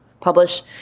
publish